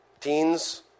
teens